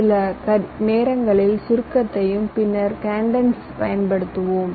நாம் முதல் சில நேரங்களில் சுருக்கத்தையும் பின்னர் காடென்ஸையும் பயன்படுத்துவோம்